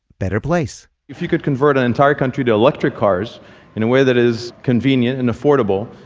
better place if you could convert an entire country to electric cars in a way that is convenient and affordable,